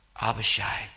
Abishai